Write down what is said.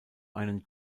einen